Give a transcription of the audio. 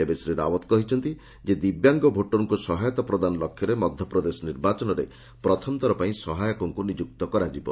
ତେବେ ଶ୍ରୀରାଓ୍ୱତ କହିଛନ୍ତି ଯେ ଦିବ୍ୟାଙ୍ଗ ଭୋଟରଙ୍କୁ ସହାୟତା ପ୍ରଦାନ ଲକ୍ଷ୍ୟରେ ମଧ୍ୟପ୍ରଦେଶ ନିର୍ବାଚନରେ ପ୍ରଥମଥର ପାଇଁ ସହାୟକଙ୍କୁ ନିଯୁକ୍ତ କରାଯିବ